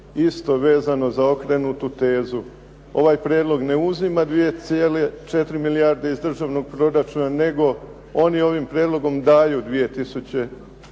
Isto vezano za okrenutu tezu. Ovaj prijedlog ne uzima 2,4 milijarde iz državnog proračuna, nego oni ovim prijedlogom daju 2,4